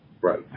Right